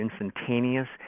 instantaneous